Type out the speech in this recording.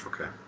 Okay